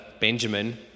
Benjamin